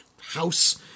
house